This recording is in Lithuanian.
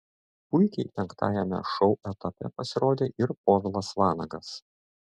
puikiai penktajame šou etape pasirodė ir povilas vanagas